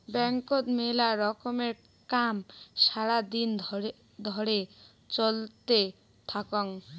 ব্যাংকত মেলা রকমের কাম সারা দিন ধরে চলতে থাকঙ